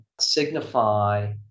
signify